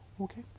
Okay